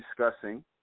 discussing